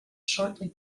shortly